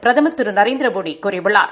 பிரதமர் திரு நரேந்திரமோடி கூறியுள்ளார்